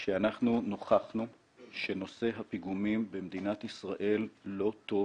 שאנחנו נוכחנו שנושא הפיגומים במדינת ישראל לא טוב